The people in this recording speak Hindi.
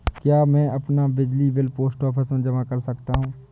क्या मैं अपना बिजली बिल पोस्ट ऑफिस में जमा कर सकता हूँ?